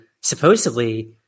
supposedly